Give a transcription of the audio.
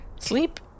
Sleep